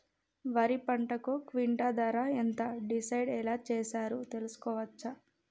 వరి పంటకు క్వింటా ధర ఎంత డిసైడ్ ఎలా చేశారు తెలుసుకోవచ్చా?